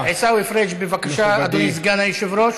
רבה, מכובדי היושב-ראש.